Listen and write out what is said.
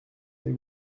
avec